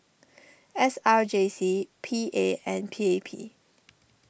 S R J C P A and P A P